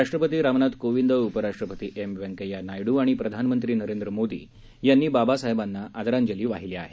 राष्ट्रपती रामनाथ कोविंद उपराष्ट्रपती एम व्यंकय्या नायडू आणि प्रधानमंत्री नरेंद्र मोदी यांनी बाबासाहेबांना आदरांजली वाहिली आहे